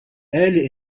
early